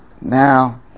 now